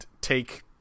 take